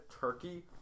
turkey